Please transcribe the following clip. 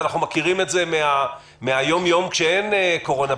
אנחנו מכירים את זה מהיום-יום כשאין קורונה.